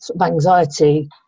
anxiety